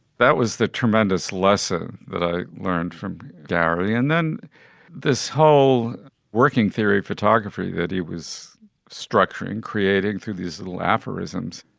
that was the tremendous lesson that i learned from dhari. and then this whole working theory photography that he was structuring and created through these little aphorisms,